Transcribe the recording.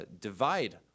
divide